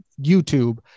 YouTube